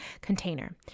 container